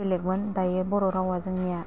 बेलेकमोन दायो बर'रावा जोंनिया